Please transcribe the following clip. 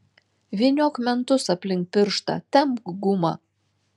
vyniok mentus aplink pirštą tempk gumą